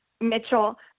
Mitchell